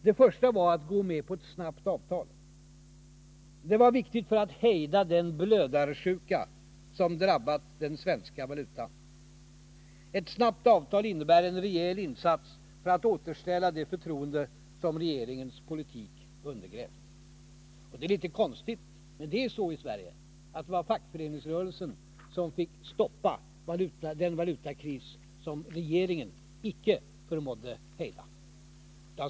Den första var att gå med på ett snabbt avtal. Det var viktigt för att hejda den blödarsjuka som drabbat den svenska valutan. Ett snabbt avtal innebär en rejäl insats för att återställa det förtroende som regeringens politik undergrävt. Vad som är litet konstigt — men sådana är förhållandena i Sverige — är att det var fackföreningsrörelsen som fick stoppa den valutakris som regeringen icke förmådde hejda.